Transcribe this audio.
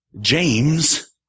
James